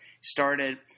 started